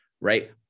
right